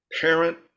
parent